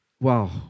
Wow